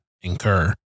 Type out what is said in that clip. incur